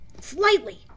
Slightly